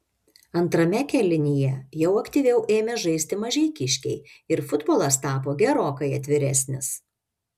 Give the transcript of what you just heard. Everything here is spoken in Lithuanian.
antrame kėlinyje jau aktyviau ėmė žaisti mažeikiškiai ir futbolas tapo gerokai atviresnis